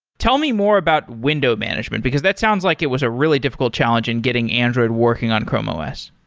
tell me more about window management, because that sounds like it was a really difficult challenge in getting android working on chrome os.